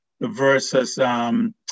versus